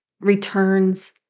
returns